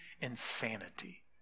insanity